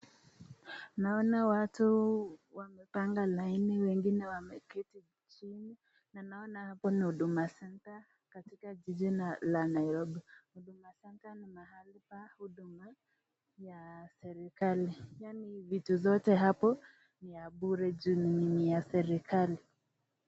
Naona watu wamepanga laini, wengine wameketi chini na naona hapo ni huduma centre katika jiji la Nairobi. Huduma Centre ni mahali pa huduma ya serikali, yaani vitu zote hapo ni ya bure juu ni ya serikali.